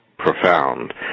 profound